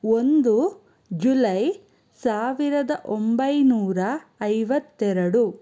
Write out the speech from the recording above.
ಒಂದು ಜುಲೈ ಸಾವಿರದ ಒಂಬೈನೂರ ಐವತ್ತೆರಡು